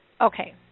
Okay